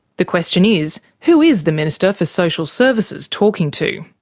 the question is, who is the minister for social services talking to?